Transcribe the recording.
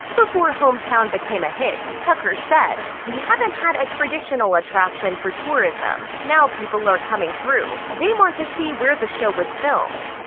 before home town became a hit, tucker said, we haven't had a traditional attraction for tourism. now people are coming through. they want to see where the show was filmed.